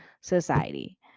society